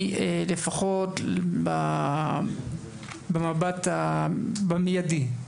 לפחות במבט, במיידי.